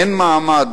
אין מעמד,